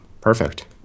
perfect